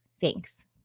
Thanks